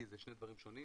כי זה שני דברים שונים,